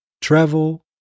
travel